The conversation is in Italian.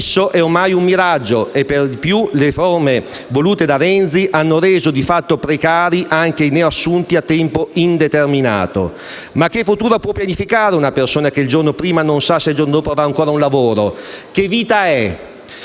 fisso è ormai un miraggio e per di più le riforme volute da Renzi hanno reso di fatto precari anche i neoassunti a tempo indeterminato. Ma che futuro può pianificare una persona che il giorno prima non sa se il giorno dopo avrà ancora un lavoro? Che vita è?